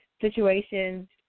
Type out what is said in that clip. situations